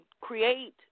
create